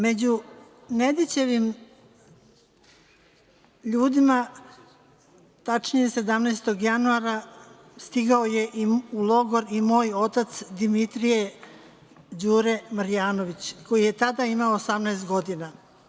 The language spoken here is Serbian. Među Nedićevim ljudima, tačnije 17. januara stigao je u logor i moj otac, Dimitrije Đure Marjanović, koji je tada imao 18 godina.